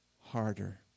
harder